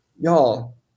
y'all